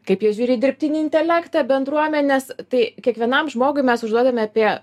kaip jie žiūri į dirbtinį intelektą bendruomenes tai kiekvienam žmogui mes užduodame apie